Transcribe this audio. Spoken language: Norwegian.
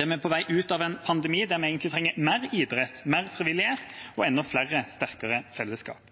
er på vei ut av en pandemi der vi egentlig trenger mer idrett, mer frivillighet og enda flere og sterkere fellesskap.